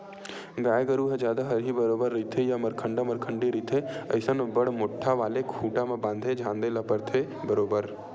गाय गरु ह जादा हरही बरोबर रहिथे या मरखंडा मरखंडी रहिथे अइसन म बड़ मोट्ठा वाले खूटा म बांधे झांदे बर परथे बरोबर